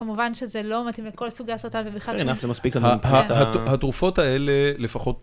כמובן שזה לא מתאים לכל סוגי הסרטן, ובכלל זה... כן, אף זה מספיק לדמות. התרופות האלה לפחות...